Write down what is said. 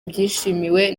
byishimiwe